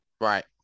right